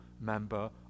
member